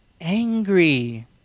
angry